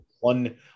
one